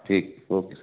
ٹھیک ہے اوکے سر